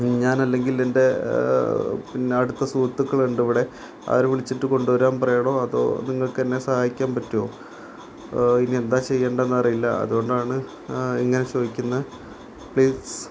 ഞാനല്ലെങ്കിൽ എൻറെ പിന്നെ അടുത്ത സുഹൃത്തുക്കളുണ്ട് ഇവിടെ അവര് വിളിച്ചിട്ട് കൊണ്ടുവരാൻ പറയാണോ അതോ നിങ്ങള്ക്ക് എന്നെ സഹായിക്കാൻ പറ്റുമോ ഇനി എന്താ ചെയ്യേണ്ടതെന്ന് അറിയില്ല അതുകൊണ്ടാണ് ഇങ്ങനെ ചോദിക്കുന്നത് പ്ലീസ്